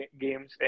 games